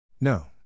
No